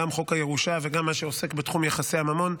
גם חוק הירושה וגם מה שעוסק בתחום יחסי הממון,